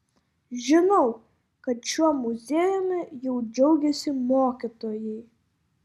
žinau kad šiuo muziejumi jau džiaugiasi mokytojai